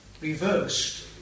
reversed